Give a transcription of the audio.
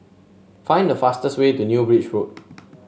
find the fastest way to New Bridge Road